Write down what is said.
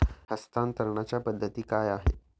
हस्तांतरणाच्या पद्धती काय आहेत?